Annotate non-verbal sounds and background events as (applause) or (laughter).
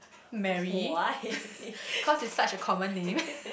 Mary (laughs) cause it's such a common name (laughs)